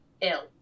ill